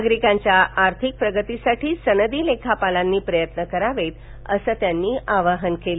नागरिकांच्या आर्थिक प्रगतीसाठी सनदी लेखापालांनी प्रयत्न करावेत असं आवाहन पाटील यांनी यावेळी केलं